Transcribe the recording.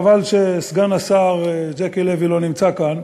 חבל שסגן השר ז'קי לוי לא נמצא כאן,